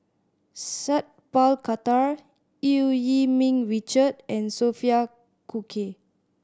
Sat Pal Khattar Eu Yee Ming Richard and Sophia Cooke